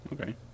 okay